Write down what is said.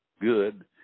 good